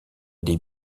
des